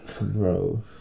Bro